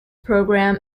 program